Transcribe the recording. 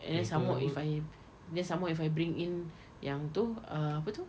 and then some more if I then some more if I bring in yang tu ah apa tu